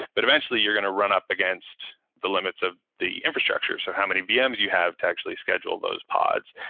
but eventually you're going to run up against the limits of the infrastructures. so how many vms you have to actually schedule those pods?